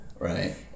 Right